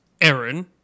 Aaron